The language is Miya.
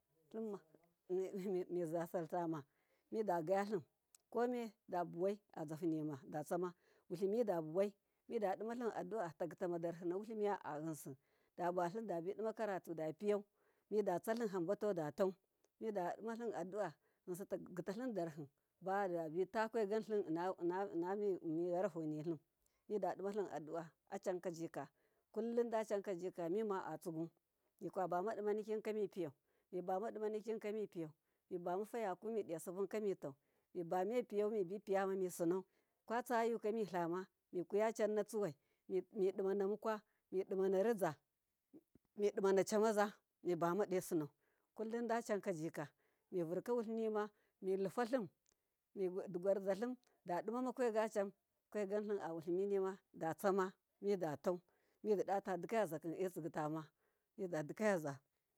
Mitiyagiltama midagatlim komedabuwai zyohunima wulimidabuwai madadimatlim adu'a, tagitama darhi nawilimiya a yinsi dabatlin dabi dimakaratu dafiyau mida tsatlin hambatau datau midadimatlim adu'a yinsi ta gittatlin darhi lodabitakwaigantlin innami yaraho nitlin mida dimatlin adu'a, acankajika kullin dacankajika mima atsigi mikwama dima nikika mipiyau mibadimanikinka piyau mibama fayaku midiya sipunka mitau mibame piyau mibi piya misinau, kwatsayaka mitlama mikuyacanna cuwai, midimana mkwa midimana riza midimana camaza mibamanai sunau, kullin da cankajika mivurka wulinima milafatlim digwarzatlin dadimakwagacam faigam awuliminima datsama midatau, mididayadikayazakim etsigitama midadika yaza.